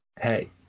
hey